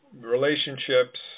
relationships